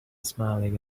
smiling